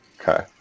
okay